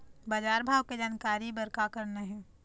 बजार भाव के जानकारी बर का करना हे?